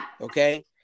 okay